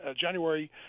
January